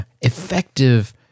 effective